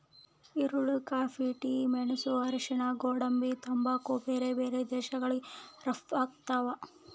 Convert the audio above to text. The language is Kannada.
ಈರುಳ್ಳಿ ಕಾಫಿ ಟಿ ಮೆಣಸು ಅರಿಶಿಣ ಗೋಡಂಬಿ ತಂಬಾಕು ಬೇರೆ ಬೇರೆ ದೇಶಗಳಿಗೆ ರಪ್ತಾಗ್ತಾವ